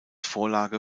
vorlage